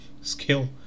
skill